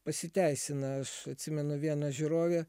pasiteisina aš atsimenu vieną žiūrovę